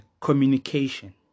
Communication